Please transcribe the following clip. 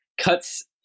cuts